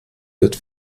wird